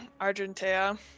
argentea